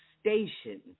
station